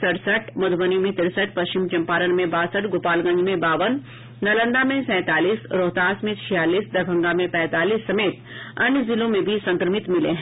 सड़सठ मधुबनी में तिरसठ पश्चिम चंपारण में बासठ गोपालगंज में बावन नालंदा में सैंतालीस रोहतास में छियालीस दरभंगा में पैंतालीस समेत अन्य जिलों में भी संक्रमित मिले हैं